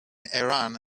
iran